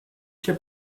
się